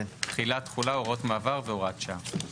תחילת, תחולה, הוראות מעבר והוראת שעה.